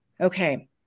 Okay